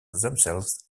themselves